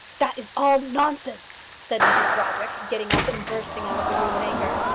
that is all nonsense, said mrs brodrick, getting up and bursting out of the room in anger.